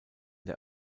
der